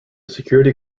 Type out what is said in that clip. security